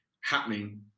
happening